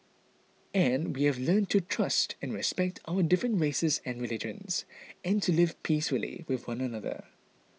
and we have learnt to trust and respect our different races and religions and to live peacefully with one another